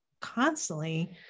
constantly